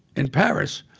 in paris,